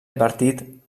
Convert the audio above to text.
advertit